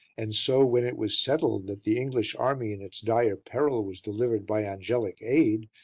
and so, when it was settled that the english army in its dire peril was delivered by angelic aid,